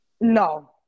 no